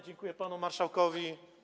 Dziękuję panu marszałkowi.